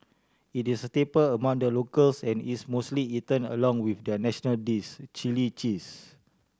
it is a staple among the locals and is mostly eaten along with their national dish chilli cheese